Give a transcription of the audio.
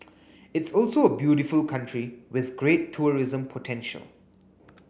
it's also a beautiful country with great tourism potential